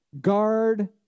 guard